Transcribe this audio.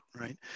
right